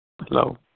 hello